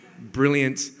brilliant